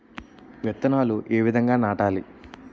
విత్తనాలు ఏ విధంగా నాటాలి?